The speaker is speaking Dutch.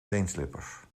teenslippers